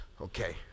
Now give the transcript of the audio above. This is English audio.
Okay